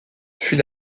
fut